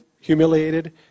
humiliated